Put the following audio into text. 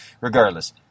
regardless